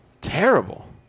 Terrible